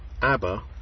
Abba